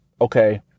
Okay